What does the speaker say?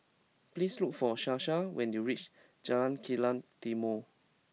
please look for Sasha when you reach Jalan Kilang Timor